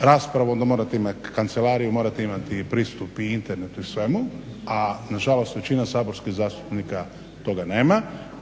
raspravu onda morate imati kancelariju, morate imati pristup i internetu i svemu, a na žalost većina saborskih zastupnika toga nema.